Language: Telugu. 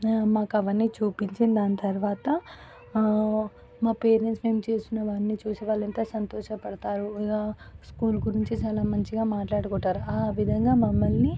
మాకు అవన్నీ చూపించిం దాని తర్వాత మా పేరెంట్స్ మేము చేసినవన్నీ చూసి వాళ్ళంతా సంతోషపడతారు ఇక స్కూల్ గురించి చాలా మంచిగా మాట్లాడుకుంటారు ఆ విధంగా మమ్మల్ని